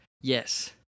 Yes